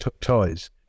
toys